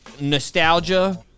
nostalgia